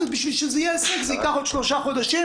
ובשביל שזה יהיה הישג זה ייקח עוד שלושה חודשים